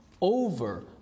over